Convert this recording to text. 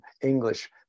english